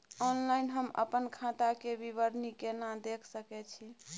Online हम अपन खाता के विवरणी केना देख सकै छी?